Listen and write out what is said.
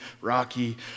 Rocky